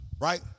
right